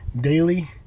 daily